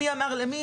מי אמר למי,